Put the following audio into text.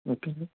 okay అండి